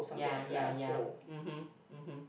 ya ya ya mmhmm mmhmm